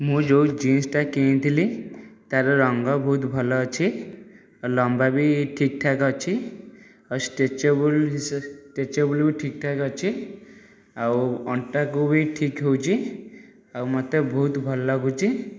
ମୁଇ ଯେଉଁ ଜିସ୍ଟା କିଣିଥିଲି ତାର ରଙ୍ଗ ବହୁତ୍ ଭଲ ଅଛି ଲମ୍ବାବି ଠିକ୍ ଠାକ୍ ଅଛି ଆଉ ଷ୍ଟେଚିବୁଲ୍ ଷ୍ଟେଚିବୁଲ ବି ଠିକ୍ ଠାକ୍ ଅଛି ଆଉ ଅଣ୍ଟାକୁ ବି ଠିକ୍ ହେଉଛି ଆଉ ମୋତେ ବହୁତ୍ ଭଲ ଲାଗୁଛି